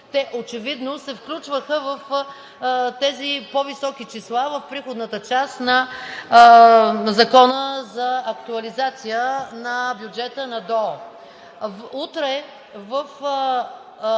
те очевидно се включваха в по-високите числа в приходната част на Закона за актуализация на бюджета на ДОО.